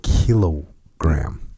kilogram